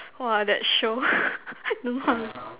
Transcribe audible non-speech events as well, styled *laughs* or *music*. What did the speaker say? !wah! that show *laughs* don't know how to